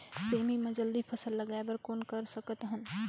सेमी म जल्दी फल लगाय बर कौन कर सकत हन?